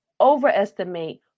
overestimate